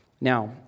now